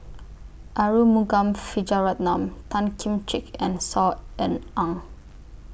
Arumugam Vijiaratnam Tan Kim Ching and Saw Ean Ang